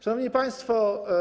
Szanowni Państwo!